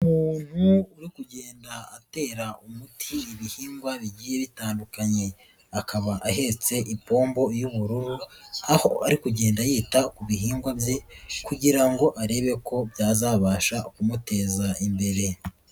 Umuntu uri kugenda atera umuti ibihingwa bigiye bitandukanye, akaba ahetse ipombo y'ubururu, aho ari kugenda yita ku bihingwa bye kugira ngo arebe ko byazabasha kumuteza imbere.